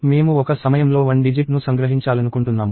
మేము ఒక సమయంలో వన్ డిజిట్ ను సంగ్రహించాలనుకుంటున్నాము